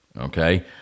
okay